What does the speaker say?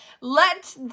let